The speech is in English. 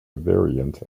variant